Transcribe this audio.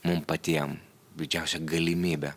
mum patiem didžiausia galimybė